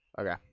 Okay